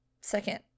second